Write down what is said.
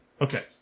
Okay